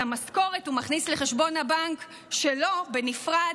המשכורת הוא מכניס לחשבון הבנק שלו בנפרד,